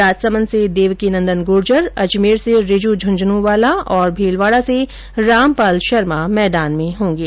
राजसमंद से देवकीनंदन गुर्जर अजमेर से रिजु झुंझुनूवाला और भीलवाडा से रामपाल शर्मा मैदान में होंगे